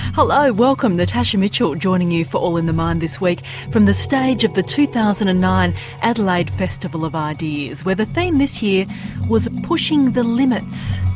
hello, welcome, natasha mitchell joining you for all in the mind this week from the stage of the two thousand and nine adelaide festival of ideas, where the theme this year was pushing the limits.